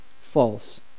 false